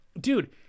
dude